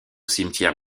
cimetière